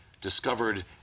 discovered